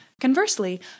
Conversely